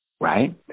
right